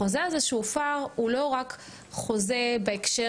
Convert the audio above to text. החוזה הזה שהופר הוא לא רק חוזה בהקשר